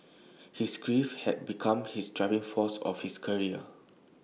his grief had become his driving force of his career